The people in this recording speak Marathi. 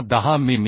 किंवा 10 मि